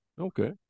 Okay